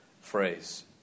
phrase